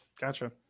Gotcha